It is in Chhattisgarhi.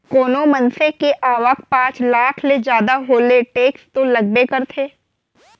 कोनो मनसे के आवक पॉच लाख ले जादा हो ले टेक्स तो लगबे करथे